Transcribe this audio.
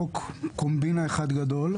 --- תדבר אחרי ההצבעה.